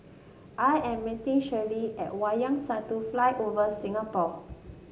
I am meeting Shirleen at Wayang Satu Flyover Singapore